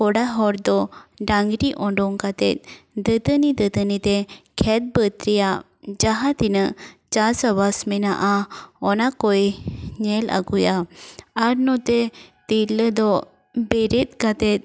ᱠᱚᱲᱟ ᱦᱚᱲ ᱫᱚ ᱰᱟᱹᱝᱨᱤ ᱚᱰᱚᱝ ᱠᱟᱛᱮᱫ ᱫᱟᱹᱛᱟᱹᱱᱤᱼᱫᱟᱹᱛᱟᱹᱱᱤ ᱛᱮ ᱠᱷᱮᱛ ᱵᱟᱹᱫᱽ ᱨᱮᱭᱟᱜ ᱡᱟᱦᱟᱸ ᱛᱤᱱᱟᱹᱜ ᱪᱟᱥ ᱟᱵᱟᱫᱽ ᱢᱮᱱᱟᱜᱼᱟ ᱚᱱᱟ ᱠᱚᱭ ᱧᱮᱞ ᱟᱹᱜᱩᱭᱟ ᱟᱨ ᱱᱚᱛᱮ ᱛᱤᱨᱞᱟᱹ ᱫᱚ ᱵᱮᱨᱮᱫ ᱠᱟᱛᱮᱫ